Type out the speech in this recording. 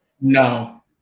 no